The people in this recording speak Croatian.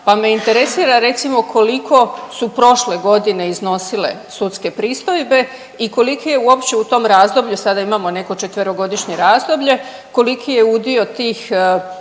pa me interesira recimo koliko su prošle godine iznosile sudske pristojbe i koliki je uopće u tom razdoblju, sada imamo neko 4-godišnje razdoblje, koliki je udio tih pristojbi